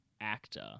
actor